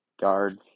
guard